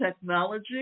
technology